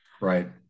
Right